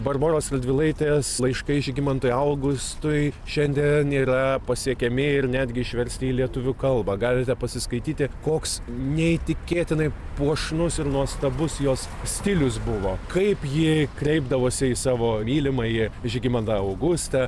barboros radvilaitės laiškai žygimantui augustui šiandien yra pasiekiami ir netgi išversti į lietuvių kalbą galite pasiskaityti koks neįtikėtinai puošnus ir nuostabus jos stilius buvo kaip ji kreipdavosi į savo mylimąjį žygimantą augustą